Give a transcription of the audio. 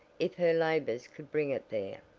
if her labors could bring it there.